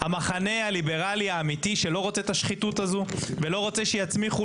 המחנה הליברלי האמיתי שלא רוצה את השחיתות הזו ולא רוצה שיצניחו